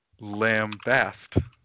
Lambast